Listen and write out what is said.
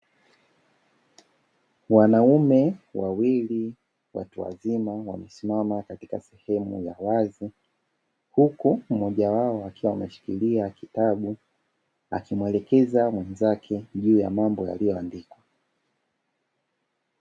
Wanaume wawili watu wazima wamesimama katika sehemu ya wazi, huku mmoja wao akiwa ameshikilia kitabu akimwelekeza mwenzake juu ya mambo yaliyoandikwa.